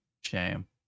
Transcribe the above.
Shame